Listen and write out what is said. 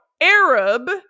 Arab